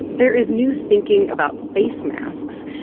there is new thinking about face masks.